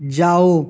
جاؤ